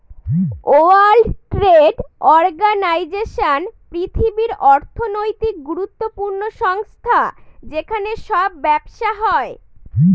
world trade organization পৃথিবীর অর্থনৈতিক গুরুত্বপূর্ণ সংস্থা যেখানে সব ব্যবসা হয়